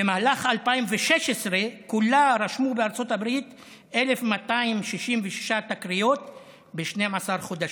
במהלך 2016 כולה נרשמו בארצות הברית 1,266 תקריות ב-12 חודשים,